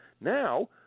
Now